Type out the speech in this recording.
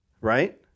Right